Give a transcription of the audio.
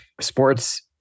sports